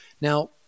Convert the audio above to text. Now